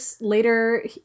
later